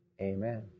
amen